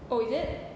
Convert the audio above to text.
oh is it